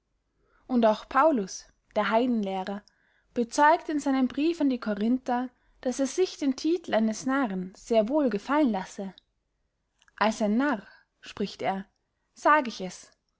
und auch paulus der heidenlehrer bezeugt in seinem brief an die corinther daß er sich den titel eines narren sehr wohl gefallen lasse als ein narr spricht er sag ich es